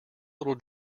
little